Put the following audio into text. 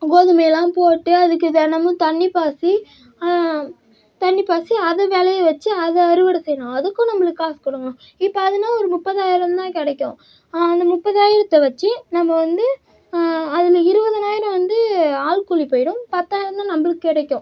கோதுமையெலாம் போட்டு அதுக்கு தினமும் தண்ணி பாய்ச்சி தண்ணி பாய்ச்சி அதை விளைய வச்சி அதை அறுவடை செய்யணும் அதுக்கும் நம்மளுக்கு காசு கொடுக்கணும் இப்போ அதெலாம் ஒரு முப்பதாயிரம் தான் கிடைக்கும் அந்த முப்பதாயிரத்தை வச்சு நம்ம வந்து அதில் இருபதாயிரம் வந்து ஆள் கூலிக்கு போயிடும் பத்தாயிரம் தான் நம்மளுக்கு கிடைக்கும்